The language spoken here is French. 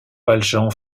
valjean